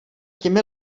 těmi